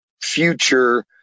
future